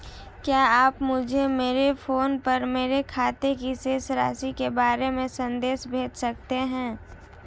क्या आप मुझे मेरे फ़ोन पर मेरे खाते की शेष राशि के बारे में संदेश भेज सकते हैं?